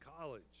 college